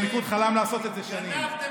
הליכוד חלם לעשות את זה שנים רבות.